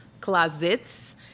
Closets